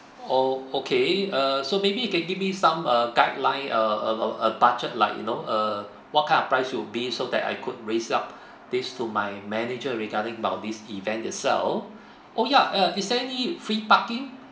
oh okay uh so maybe you can give me some uh guideline a a a a budget like you know uh what kind of price would be so that I could raise up this to my manager regarding about this event itself oh ya uh is there any free parking